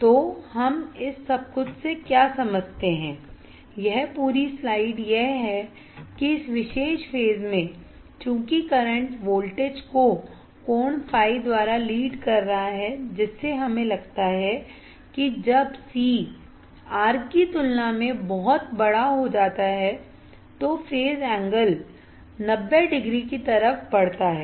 तो हम इस सब कुछ से क्या समझते हैं यह पूरी स्लाइड यह है कि इस विशेष फेज में चूंकि करंट वोल्टेज को कोण द्वारा लीड कर रहा है जिससे हमें लगता है कि जब CR की तुलना में बहुत बड़ा हो जाता है तो फेज एंगल 90 डिग्री की तरफ बढ़ता है